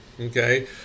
okay